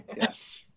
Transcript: Yes